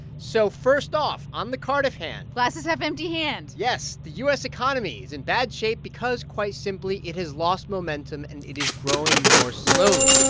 so first off, on the cardiff hand. glass-is-half-empty hand yes. the u s. economy is in bad shape because, quite simply, it has lost momentum, and it is growing more slowly.